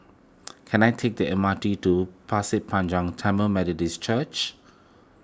can I take the M R T to Pasir Panjang Tamil Methodist Church